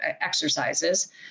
exercises